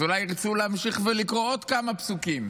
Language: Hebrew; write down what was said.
ואז אולי ירצו להמשיך לקרוא עוד כמה פסוקים.